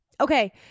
okay